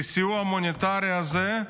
כי הסיוע ההומניטרי הזה,